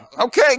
okay